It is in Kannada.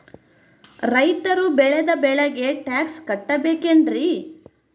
ರೈತರು ಬೆಳೆದ ಬೆಳೆಗೆ ಟ್ಯಾಕ್ಸ್ ಕಟ್ಟಬೇಕೆನ್ರಿ?